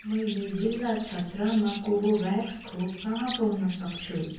मैले जिल्ला छत्रमा कोभाभ्याक्स खोप कहाँ पाउन सक्छु